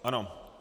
Ano.